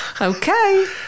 Okay